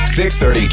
630